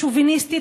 השוביניסטית,